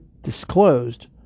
disclosed